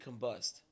combust